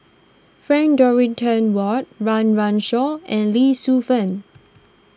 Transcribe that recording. Frank Dorrington Ward Run Run Shaw and Lee Shu Fen